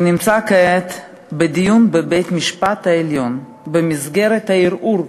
הוא נמצא כעת בדיון בבית-המשפט העליון במסגרת הערעור.